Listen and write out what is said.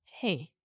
Hey